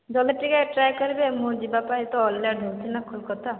ଜଲ୍ଦି ଟିକେ ଟ୍ରାଏ କରିବେ ମୁଁ ଯିବାପାଇଁ ତ ଲେଟ୍ ହେଉଛି ନା କୋଲକତା